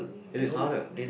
it is harder